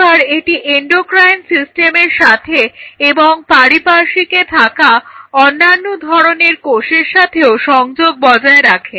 আবার এটি এন্ডোক্রাইন সিস্টেমের সাথে এবং পারিপার্শ্বিকে থাকা অন্যান্য ধরনের কোষের সাথেও সংযোগ বজায় রাখে